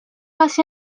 asi